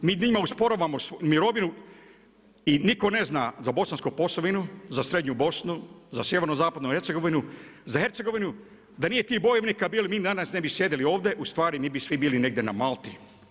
Mi njima osporavamo mirovinu i niko ne zna za Bosansku Posavinu, za srednju Bosnu, za sjeverozapadnu Hercegovinu za Hercegovinu da nije tih bojovnika mi danas ne bi sjedili ovdje, ustvari mi bi svi bili negdje na Malti.